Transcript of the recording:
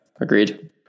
Agreed